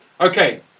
okay